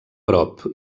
prop